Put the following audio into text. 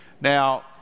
Now